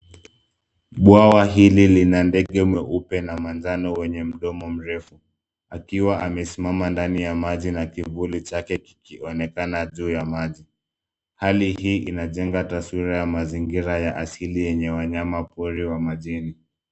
Bwawa hili lina ndege mweupe na manjano wenye mdomo mrefu, akiwa amesimama ndani ya maji na kivuli chake kikioneka juu ya maji. Hali hii inajenga taswira ya mazingira ya asili yenye wanyamapori wa majini.